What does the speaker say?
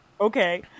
Okay